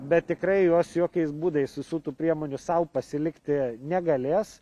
bet tikrai juos jokiais būdais visų tų priemonių sau pasilikti negalės